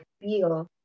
feel